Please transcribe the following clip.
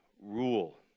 rule